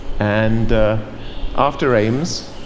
and after aims,